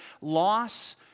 loss